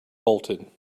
bolted